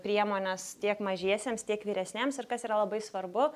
priemones tiek mažiesiems tiek vyresniems ir kas yra labai svarbu